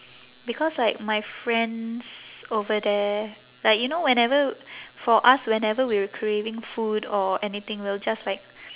because like my friends over there like you know whenever for us whenever we're craving food or anything we'll just like